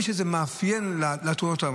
אם יש מאפיין לתאונות.